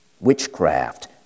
witchcraft